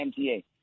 MTA